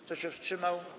Kto się wstrzymał?